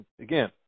again